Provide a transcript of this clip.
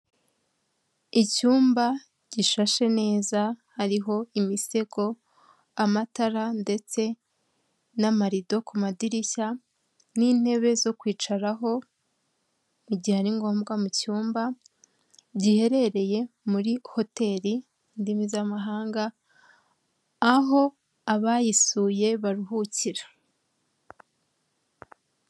Icyumba gishashe neza hariho imisego, amatara ndetse n'amarido ku madirishya n'intebe zo kwicaraho igihe ari ngombwa mu cyumba, giherereye muri hotel indimi z'amahanga aho abayisuye baruhukira.